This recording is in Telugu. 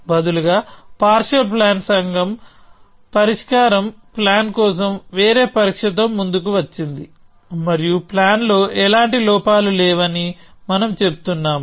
బదులుగా పార్షియల్ ప్లాన్ సంఘం పరిష్కార ప్లాన్ కోసం వేరే పరీక్షతో ముందుకు వచ్చింది మరియు ప్లాన్ లో ఎలాంటి లోపాలు లేవని మనం చెబుతున్నాము